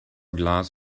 glass